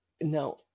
now